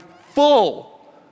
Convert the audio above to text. full